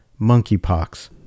monkeypox